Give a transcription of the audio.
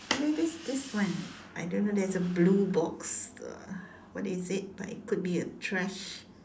and there is this this one I don't know there is a blue box uh what is it but it could be a trash